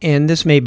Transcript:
in this may